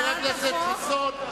חבר הכנסת חסון,